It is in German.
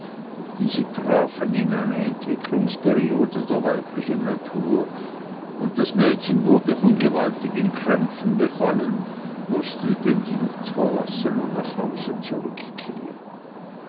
diese trafen in eine entwicklungsperiode der weiblichen natur und das mädchen wurde von gewaltigen krämpfen befallen mußte den dienst verlassen und nach hause zurückkehren